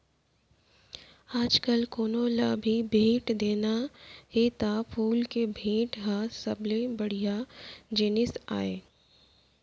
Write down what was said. आजकाल कोनों ल भी भेंट देना हे त फूल के भेंट ह सबले बड़िहा जिनिस आय